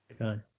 Okay